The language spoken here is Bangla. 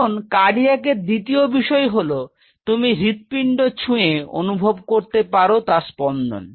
এখন কার্ডিয়াকের দ্বিতীয় বিষয় হল তুমি হৃৎপিণ্ড ছুঁয়ে অনুভব করতে পার তার স্পন্দন